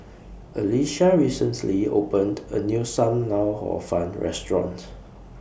Alecia recently opened A New SAM Lau Hor Fun Restaurant